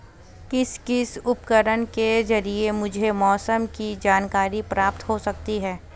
किस किस उपकरण के ज़रिए मुझे मौसम की जानकारी प्राप्त हो सकती है?